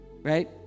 right